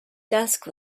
dusk